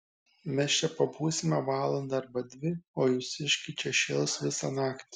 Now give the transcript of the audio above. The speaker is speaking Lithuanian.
mes čia pabūsime valandą arba dvi o jūsiškiai čia šėls visą naktį